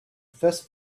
first